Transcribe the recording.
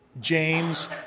james